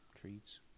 Treats